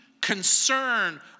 concern